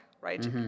right